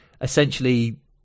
essentially